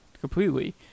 completely